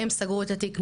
הם סגרו את התיק.